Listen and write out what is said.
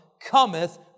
cometh